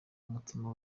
n’umutima